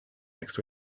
next